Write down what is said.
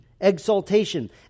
exaltation